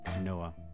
Noah